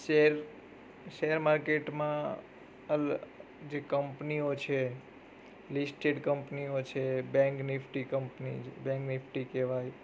share share માર્કેટમાં અલ જે કંપનીઓ છે લિસ્ટેડ કંપનીઓ છે બેંક નિફ્ટી કંપનીઓની બેંક નિફ્ટી કહેવાય